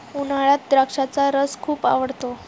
उन्हाळ्यात द्राक्षाचा रस खूप आवडतो